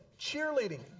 Cheerleading